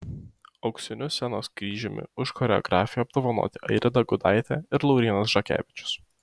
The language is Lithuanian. auksiniu scenos kryžiumi už choreografiją apdovanoti airida gudaitė ir laurynas žakevičius